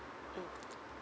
mm